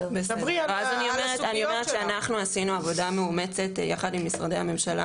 אני אומרת שאנחנו עשינו עבודה מאומצת יחד עם משרדי הממשלה